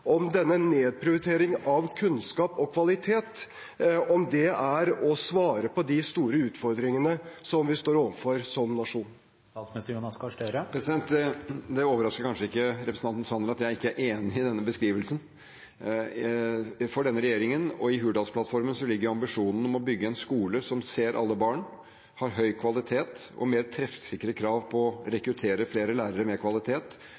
om hvorvidt denne nedprioriteringen av kunnskap og kvalitet er å svare på de store utfordringene som vi står overfor som nasjon. Det overrasker kanskje ikke representanten Sanner at jeg ikke er enig i denne beskrivelsen. For denne regjeringen og i Hurdalsplattformen ligger ambisjonen om å bygge en skole som ser alle barn, og som har høy kvalitet og mer treffsikre krav for å rekruttere flere lærere med kvalitet.